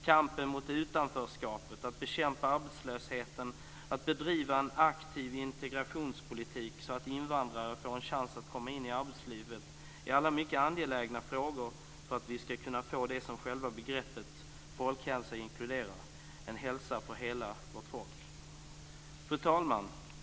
Kampen mot utanförskapet, att bekämpa arbetslösheten, att bedriva en aktiv integrationspolitik så att invandrare får en chans att komma in i arbetslivet är alla mycket angelägna frågor för att vi ska kunna få det som själva begreppet folkhälsa inkluderar: en hälsa för hela vårt folk. Fru talman!